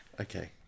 okay